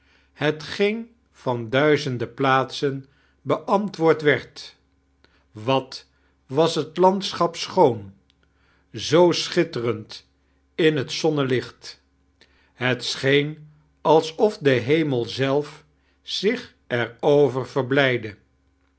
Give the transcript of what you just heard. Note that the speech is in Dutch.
hetgeen van duizenden plaatsen beamtwoord weird wat was het landschap schoon zoo schitterend in het zonnelicht het scheen alsof de hemel zelf zich er over verblijdde